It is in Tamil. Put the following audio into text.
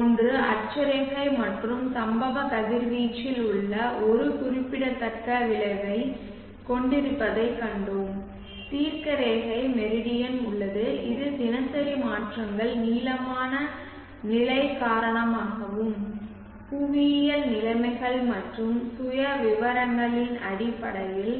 ஒன்று அட்சரேகை மற்றும் சம்பவ கதிர்வீச்சில் ஒரு குறிப்பிடத்தக்க விளைவைக் கொண்டிருப்பதைக் கண்டோம் தீர்க்கரேகை மெரிடியன் உள்ளது இது தினசரி மாற்றங்கள் நீளமான நிலை காரணமாகவும் புவியியல் நிலைமைகள் மற்றும் சுயவிவரங்களின் அடிப்படையில்